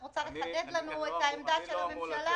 את רוצה לחדד לנו את העמדה של הממשלה?